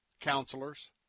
Counselors